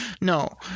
No